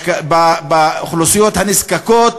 באוכלוסיות הנזקקות.